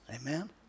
Amen